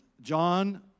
John